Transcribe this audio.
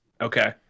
Okay